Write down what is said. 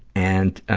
and